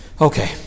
Okay